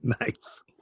nice